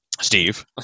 Steve